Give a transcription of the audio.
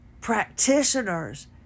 practitioners